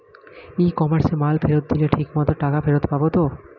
ই কমার্সে মাল ফেরত দিলে ঠিক মতো টাকা ফেরত পাব তো?